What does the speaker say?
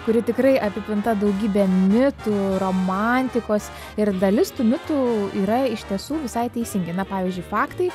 kuri tikrai apipinta daugybe mitų romantikos ir dalis tų mitų yra iš tiesų visai teisingi na pavyzdžiui faktai